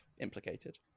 implicated